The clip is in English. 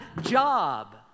job